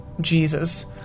Jesus